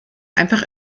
einfach